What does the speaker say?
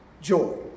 joy